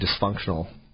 dysfunctional